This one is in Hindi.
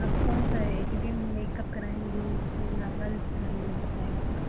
आप कौन सा एक ही दिन मेकप कराएंगी कि नार्मल मेकप रहेगा आपका